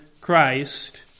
Christ